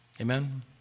Amen